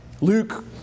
Luke